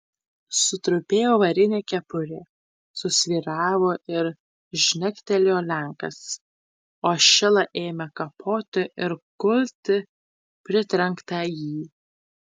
sutrupėjo varinė kepurė susvyravo ir žnektelėjo lenkas o šila ėmė kapoti ir kulti pritrenktąjį